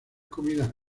comidas